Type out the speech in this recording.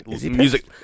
music